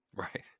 Right